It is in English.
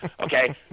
Okay